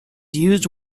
used